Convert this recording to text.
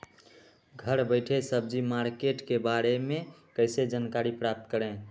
घर बैठे सब्जी मार्केट के बारे में कैसे जानकारी प्राप्त करें?